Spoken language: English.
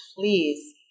please